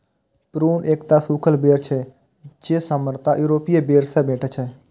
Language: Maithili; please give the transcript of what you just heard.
प्रून एकटा सूखल बेर छियै, जे सामान्यतः यूरोपीय बेर सं भेटै छै